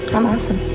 i'm awesome.